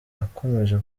akomeje